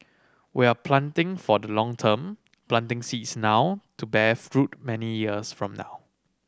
we are planting for the long term planting seeds now to bear fruit many years from now